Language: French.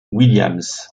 williams